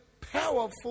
powerful